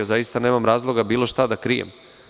Zaista nemam razloga bilo šta da krijem.